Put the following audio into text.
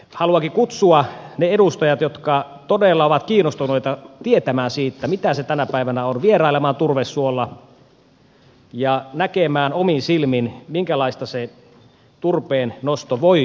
haluankin kutsua ne edustajat jotka todella ovat kiinnostuneita tietämään mitä se tänä päivänä on vierailemaan turvesuolla ja näkemään omin silmin minkälaista se turpeennosto voi parhaimmillaan olla